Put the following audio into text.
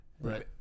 right